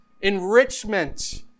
enrichment